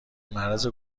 معرض